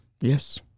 Yes